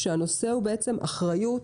כשהנושא הוא בעצם אחריות,